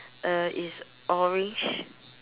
uh it's orange